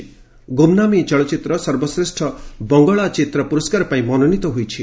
'ଗୁମ୍ନାମୀ' ଚଳଚ୍ଚିତ୍ର ସର୍ବଶ୍ରେଷ୍ଠ ବଙ୍ଗଳା ଚିତ୍ର ପୁରସ୍କାର ପାଇଁ ମନୋନୀତ ହୋଇଛି